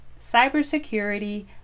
cybersecurity